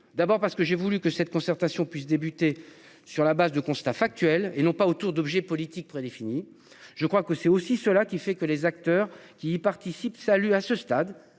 D'abord parce que j'ai voulu que cette concertation puissent débuter sur la base de constats factuels et non pas autour d'objets politiques prédéfinies. Je crois que c'est aussi cela qui fait que les acteurs qui y participent. Salut à ce stade,